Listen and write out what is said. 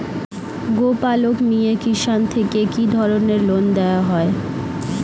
গোপালক মিয়ে কিষান থেকে কি ধরনের লোন দেওয়া হয়?